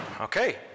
Okay